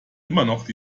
noch